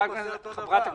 היא